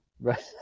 right